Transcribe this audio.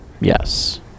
Yes